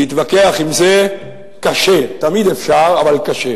להתווכח עם זה תמיד אפשר, אבל קשה.